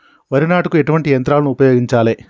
వరి నాటుకు ఎటువంటి యంత్రాలను ఉపయోగించాలే?